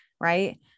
Right